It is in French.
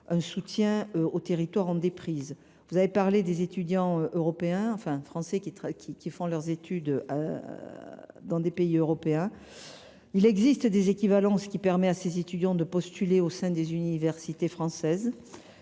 un soutien aux territoires en déprise. Vous avez évoqué des étudiants français qui font leurs études dans des pays européens. Il existe des équivalences qui permettent à ces étudiants de postuler au sein des universités françaises.